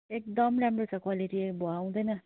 एकदम राम्रो छ क्वालिटी भुवा आउँदैन